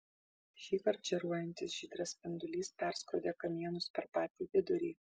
šįkart žėruojantis žydras spindulys perskrodė kamienus per patį vidurį